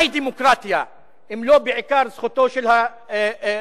מהי דמוקרטיה אם לא בעיקר זכותו של הרוב,